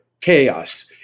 chaos